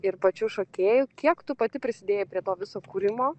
ir pačių šokėjų kiek tu pati prisidėjai prie to viso kūrimo